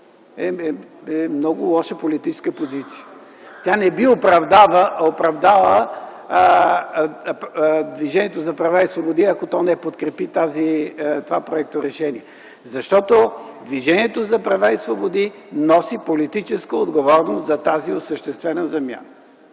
е много лоша политическа позиция. Тя не би оправдала Движението за права и свободи, ако то не подкрепи това проекторешение, защото Движението за права и свободи носи политическа отговорност за тази осъществена замяна.